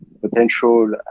potential